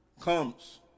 comes